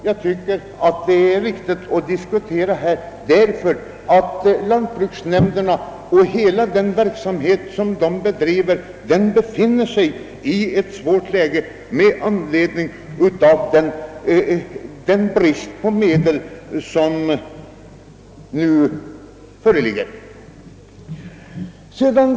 Jag tror att det är viktigt att vi diskuterar dessa ting, eftersom lantbruksnämnderna befinner sig i ett svårt läge på grund av den föreliggande bristen på medel.